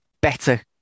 better